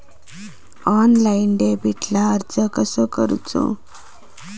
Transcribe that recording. Online डेबिटला अर्ज कसो करूचो?